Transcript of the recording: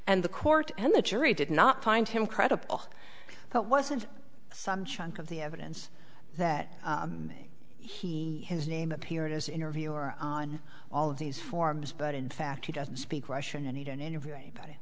and the court and the jury did not find him credible that wasn't some chunk of the evidence that he his name appeared as interviewer on all of these forms but in fact he doesn't speak russian and he didn't interview anybody